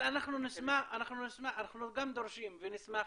אנחנו גם דורשים ונשמח